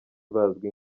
bazwi